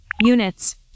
Units